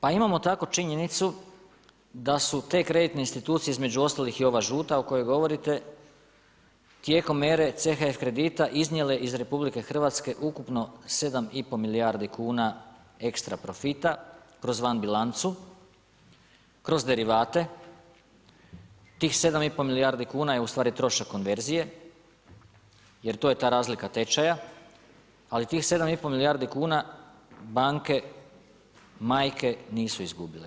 Pa imamo tako činjenicu da su te kreditne institucije između ostalih i ova žuta o kojoj govorite, tijekom ere CHF kredita iznijele iz RH ukupno 7 i pol milijardi kuna ekstra profita kroz van bilancu, kroz derivate, tih 7 i pol milijardi kuna je ustvari trošak konverzije jer to je ta razlika tečaja, ali tih 7 i pol milijardi kuna banke majke, nisu izgubile.